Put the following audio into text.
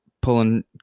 pulling